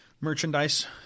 merchandise